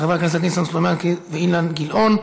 של חבר הכנסת ניסן סלומינסקי ואילן גילאון.